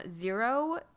zero